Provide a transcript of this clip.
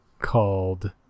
called